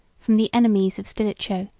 from the enemies of stilicho,